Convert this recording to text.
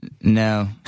No